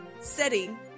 setting